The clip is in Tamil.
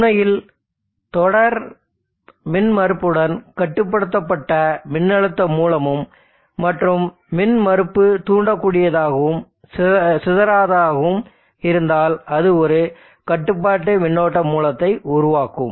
உண்மையில் தொடர் மின்மறுப்புடன் கட்டுப்படுத்தப்பட்ட மின்னழுத்த மூலமும் மற்றும் மின்மறுப்பு தூண்டக்கூடியதாகவும் சிதறாததாகவும் இருந்தால் அது ஒரு கட்டுப்பாட்டு மின்னோட்ட மூலத்தை உருவாக்கும்